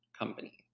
company